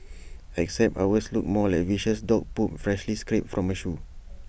except ours looked more like viscous dog poop freshly scraped from A shoe